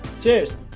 Cheers